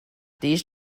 these